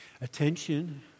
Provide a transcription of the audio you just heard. attention